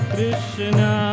Krishna